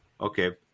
Okay